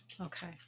Okay